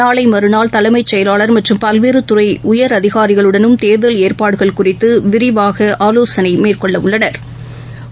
நாளைமறுநாள் தலைமைச் செயலாளர் மற்றும் பல்வேறுதுறைஉயரதிகாரிகளுடனும் தேர்தல் ஏற்பாடுகள் குறித்துவிரிவாக ஆலோசனைமேற்கொள்ளவுள்ளனா்